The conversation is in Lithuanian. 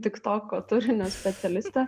tik toko turinio specialistė